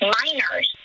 minors